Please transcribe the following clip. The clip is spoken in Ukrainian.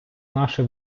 наше